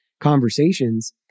conversations